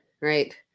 right